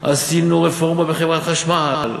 עשינו רפורמה בחברת חשמל,